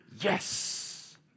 Yes